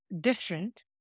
different